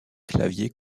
clavier